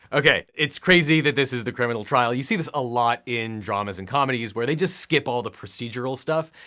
okay. it's crazy that this is the criminal trial. you see this a lot in dramas and comedies where they just skip all the procedural stuff.